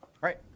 right